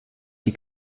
die